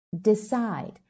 decide